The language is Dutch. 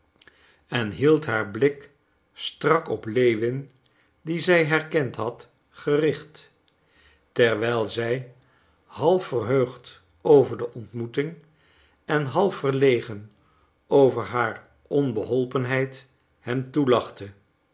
en hield haar blik strak op lewin dien zij herkend had gericht terwijl zij half verheugd over de ontmoeting en half verlegen over haar onbeholpenheid hem